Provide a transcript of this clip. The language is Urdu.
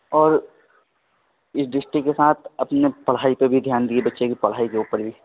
اور اس ڈسٹرکٹ کے ساتھ اپنے پڑھائی پہ بھی دھیان دیے بچے کی پڑھائی کے اوپر بھی